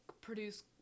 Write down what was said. produce